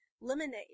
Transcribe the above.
lemonade